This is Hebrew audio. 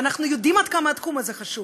ואנחנו יודעים עד כמה התחום הזה חשוב,